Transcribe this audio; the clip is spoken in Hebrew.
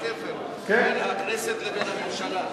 הקשר בין הכנסת לבין הממשלה.